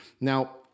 now